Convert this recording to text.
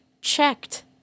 checked